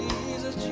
Jesus